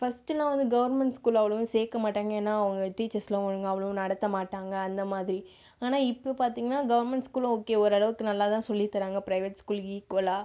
ஃபஸ்ட்டுல்லாம் வந்து government school அவ்ளோவாக சேர்க்க மாட்டாங்க ஏன்னா அவங்க டீச்சர்ஸ்லாம் ஒழுங்காக அவ்வளவும் நடத்த மாட்டாங்க அந்த மாதிரி ஆனால் இப்போ பார்த்திங்கன்னா கவர்மென்ட் ஸ்கூலும் ஓகே ஓரளவுக்கு நல்லா தான் சொல்லித்தராங்க ப்ரைவேட் ஸ்கூலுக்கு ஈக்குவலாக